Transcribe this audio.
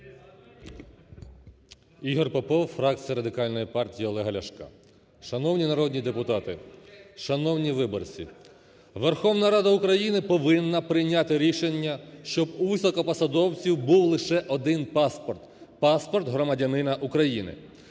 Ігор Попов, фракція Радикальної партії Олега Ляшка. Шановні народні депутати, шановні виборці, Верховна Рада України повинна прийняти рішення, щоб у високопосадовців був лише один паспорт: паспорт громадянина України.